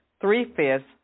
three-fifths